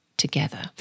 Together